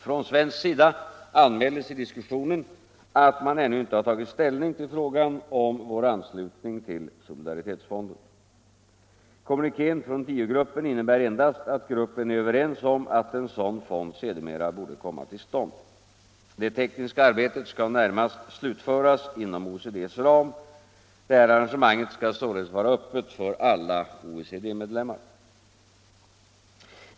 Från svensk sida anmäldes i diskussionen att man ännu inte tagit ställning till frågan om vår anslutning till solidaritetsfonden. Kommunikén från tiogruppen innebär endast att gruppen är överens om att en sådan fond sedermera borde komma till stånd. Det tekniska arbetet skall närmast slutföras inom OECD:s ram. Detta arrangemang skall således vara öppet för alla OECD-medlemmar.